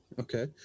okay